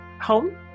home